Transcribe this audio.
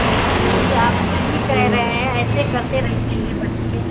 جی آپ صحیح کہہ رہے ہیں ایسے کرتے رہتے ہیں بچے